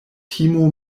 timo